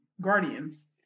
guardians